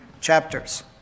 chapters